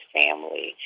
family